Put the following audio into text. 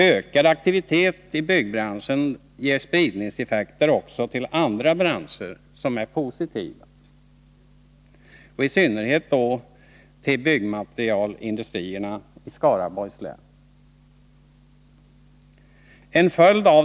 Ökad aktivitet i byggbranschen ger positiva effekter också inom andra branscher, i synnerhet då inom byggmaterialindustrierna i Skaraborgs län.